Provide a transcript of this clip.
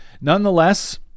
Nonetheless